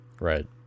right